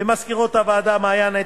ומזכירות הוועדה מעיין,